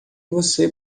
você